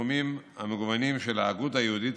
בתחומים המגוונים של ההגות היהודית,